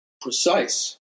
precise